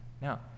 Now